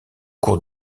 cours